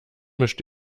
mischt